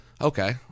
Okay